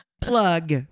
Plug